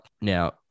now